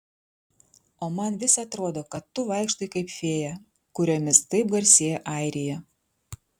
o man vis atrodo kad tu vaikštai kaip fėja kuriomis taip garsėja airija